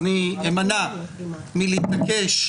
אני אמנע מלהשמיע